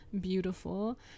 beautiful